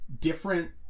different